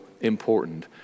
important